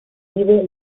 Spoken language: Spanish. vivo